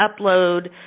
upload